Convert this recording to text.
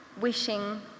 wishing